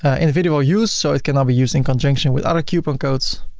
ah individual use, so it cannot be used in conjunction with other coupon codes,